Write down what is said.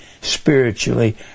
spiritually